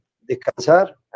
Descansar